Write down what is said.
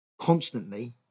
constantly